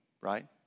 right